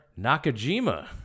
Nakajima